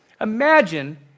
Imagine